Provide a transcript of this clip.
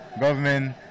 government